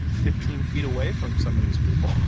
fifteen feet away from some of these people.